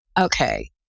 okay